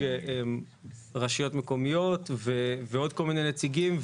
רשויות מקומיות ועוד כל מיני נציגים.